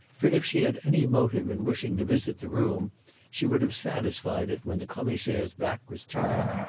for if she had any motive in wishing to visit the room she would have satisfied it when the commissaire's back was turned.